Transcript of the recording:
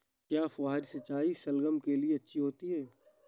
क्या फुहारी सिंचाई शलगम के लिए अच्छी होती है?